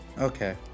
okay